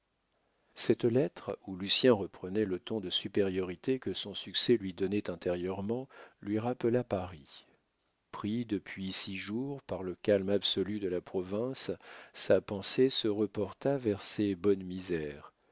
cette lettre où lucien reprenait le ton de supériorité que son succès lui donnait intérieurement lui rappela paris pris depuis six jours par le calme absolu de la province sa pensée se reporta vers ses bonnes misères